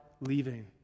leaving